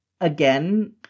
Again